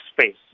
space